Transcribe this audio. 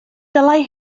dylai